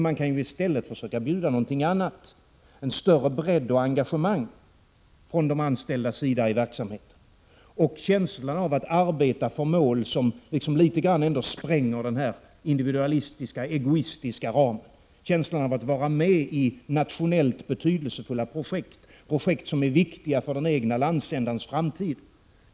Man kan i stället försöka bjuda något annat — en större bredd och större engagemang från de anställdas sida i verksamheten och känslan av att de arbetar för mål som litet spränger de individualistiska egoistiska ramarna, känslan att de är med i nationellt betydelsefulla projekt som är viktiga för den egna landsändens framtid.